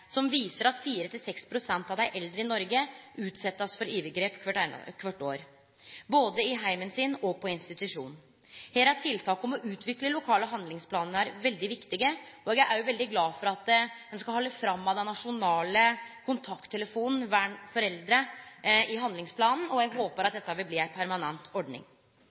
som viser at 4–6 pst. av dei eldre i Noreg blir utsette for overgrep kvart år, både i heimen sin og på institusjon. Her er tiltak om å utvikle lokale handlingsplanar veldig viktige, og eg er òg veldig glad for at ein skal halde fram med den nasjonale kontakttelefonen Vern for eldre i handlingsplanen, og eg håpar dette vil bli ei permanent ordning.